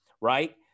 right